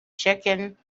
chicken